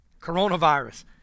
coronavirus